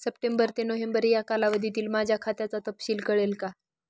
September ते November या कालावधीतील माझ्या खात्याचा तपशील कळेल का?